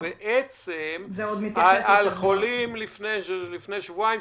זה בעצם על חולים מלפני שבועיים,